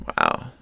Wow